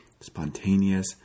spontaneous